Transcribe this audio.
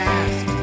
ask